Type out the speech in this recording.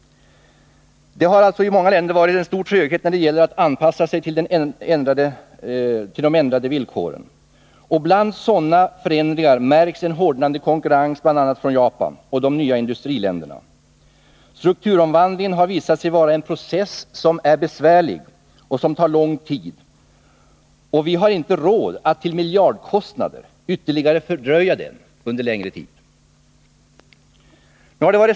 Det har i många länder varit en stor tröghet när det gäller att anpassa sig till förändrade förutsättningar. Bland sådana förändringar märks en hårdnande konkurrens från Japan och de nya industriländerna. Strukturomvandlingen har visat sig vara en process som är besvärlig och tar så lång tid att vi inte har råd att till miljardkostnader ytterligare fördröja den under längre tid.